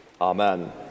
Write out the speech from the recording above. Amen